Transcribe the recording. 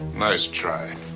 nice try.